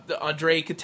Andre